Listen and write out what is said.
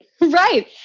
Right